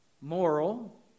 moral